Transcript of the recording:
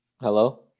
Hello